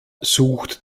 sucht